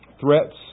threats